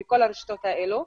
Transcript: וכל הרשתות האלה,